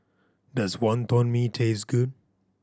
does Wonton Mee taste good